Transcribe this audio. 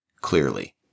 clearly